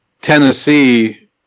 Tennessee